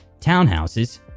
townhouses